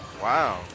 Wow